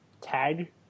tag